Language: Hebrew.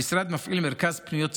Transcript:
המשרד מפעיל מרכז פניות ציבור,